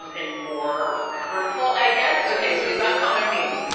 um and more hurtful i guess. okay. so you've got common themes.